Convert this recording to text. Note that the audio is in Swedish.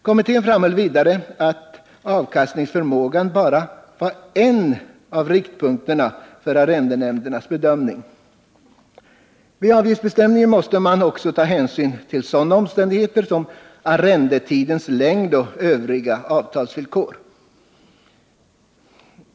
Kommittén framhöll vidare att avkastningsförmågan bara var en av riktpunkterna för arrendenämndens bedömning. Vid avgiftsbestämningen måste man också ta hänsyn till sådana omständigheter som arrendetidens längd och övriga avtalsvillkor.